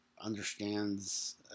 understands